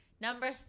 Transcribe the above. Number